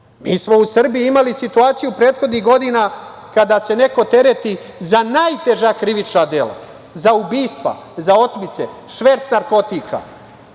smo u Srbiji imali situaciju prethodnih godina da se neko tereti za najteža krivična dela, za ubistva, za otmice, šverc narkotika,